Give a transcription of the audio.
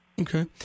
Okay